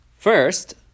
First